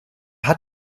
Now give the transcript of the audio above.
hat